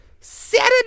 Saturday